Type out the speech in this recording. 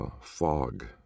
fog